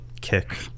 kick